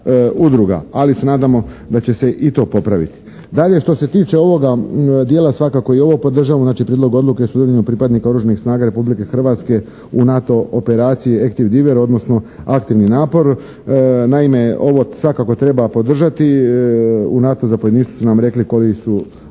Ali se nadamo da će se i to popraviti. Dalje, što se tiče ovoga dijela svakako i ovo podržavamo znači Prijedlog odluke o sudjelovanju pripadnika oružanih snaga Republike Hrvatske u NATO operacije «Active Endeavour» odnosno «Aktivni napor». Naime ovo svakako treba podržati. U NATO zapovjedništvu su nam rekli koji su